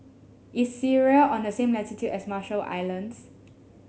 is Syria on the same latitude as Marshall Islands